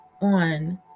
on